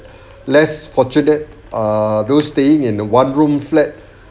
less fortunate uh those staying in a one room flat